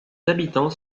habitants